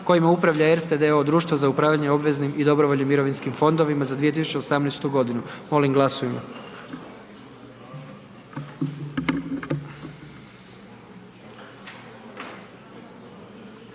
kojima upravlja Erste d.o.o., društvo za upravljanje obveznim i dobrovoljnim mirovinskim fondovima za 2018. g., molim glasujmo.